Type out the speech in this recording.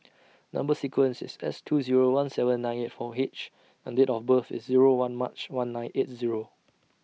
Number sequence IS S two Zero one seven nine eight four H and Date of birth IS Zero one March one nine eight Zero